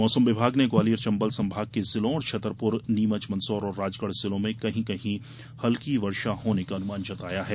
मौसम विभाग ने ग्वालियर चंबल संभाग के जिलों और छतरपुर नीमच मंदसौर और राजगढ़ जिलों में कहीं कही हल्की वर्षा होने का अनुमान जताया है